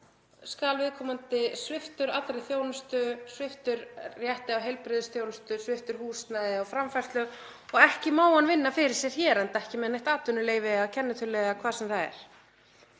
skal viðkomandi sviptur allri þjónustu, sviptur rétti til heilbrigðisþjónustu, sviptur húsnæði og framfærslu og ekki má hann vinna fyrir sér hér enda ekki með neitt atvinnuleyfi eða kennitölu eða hvað sem það er.